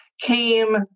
came